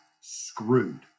screwed